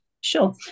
Sure